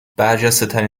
برجستهترین